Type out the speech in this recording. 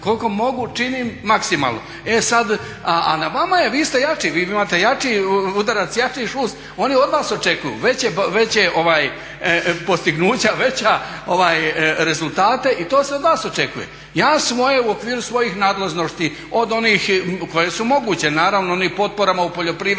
koliko mogu činim maksimalno. E sad, a na vama je, vi ste jači, vi imate jači udarac, jači šuz oni od vas očekuju veće postignuća, veće rezultate i to se od vas očekuje. Ja s moje, ja u okviru svojih nadležnosti od onih koje su moguće naravno onim potporama u poljoprivredi